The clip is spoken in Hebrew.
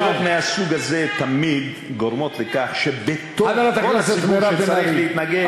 שאלות מהסוג הזה תמיד גורמות לכך שבתוך כל הציבור שצריך להתנגד,